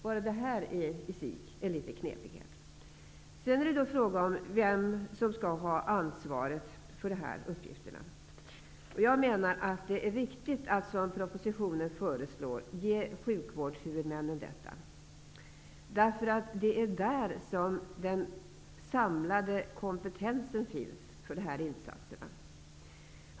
Bara det här är i sig en liten knepighet. Sedan är det fråga om vem som skall ha ansvaret för dessa uppgifter. Jag menar att det är riktigt att, som propositionen föreslår, ge sjukvårdshuvudmännen detta. Det är ju där som den samlade kompetensen finns för de här insatserna.